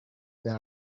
their